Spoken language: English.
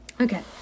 Okay